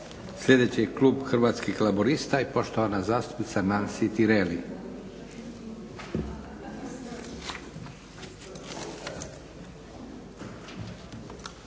Sljedeći je Klub Hrvatskih laburista i poštovana zastupnica Nansi Tireli.